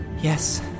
Yes